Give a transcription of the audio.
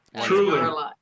Truly